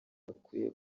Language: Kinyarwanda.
bakwiye